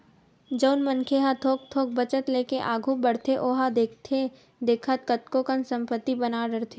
जउन मनखे ह थोक थोक बचत लेके आघू बड़थे ओहा देखथे देखत कतको कन संपत्ति बना डरथे